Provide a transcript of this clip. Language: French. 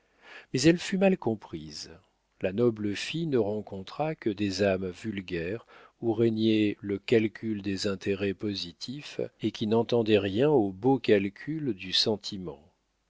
mais elle fut mal comprise la noble fille ne rencontra que des âmes vulgaires où régnait le calcul des intérêts positifs et qui n'entendaient rien aux beaux calculs du sentiment